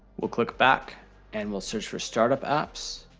we'll click back and we'll search for startup apps.